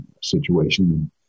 situation